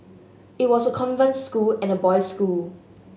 it was a convent school and a boys school